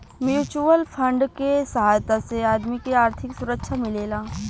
mutual fund के सहायता से आदमी के आर्थिक सुरक्षा मिलेला